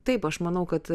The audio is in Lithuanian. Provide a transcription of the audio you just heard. taip aš manau kad